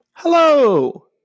Hello